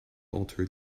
alter